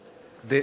נוספת.